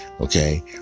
Okay